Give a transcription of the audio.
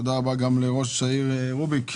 תודה רבה גם לראש העיר רוביק דנילוביץ,